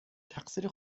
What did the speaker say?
تقصیر